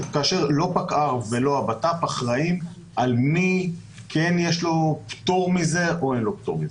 לא פקע"ר ולא הבט"פ אחראים על מי יש לו פטור מזה ולמי אין פטור.